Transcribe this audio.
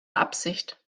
absicht